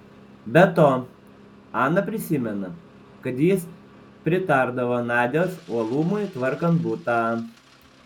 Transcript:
be to ana prisimena kad jis pritardavo nadios uolumui tvarkant butą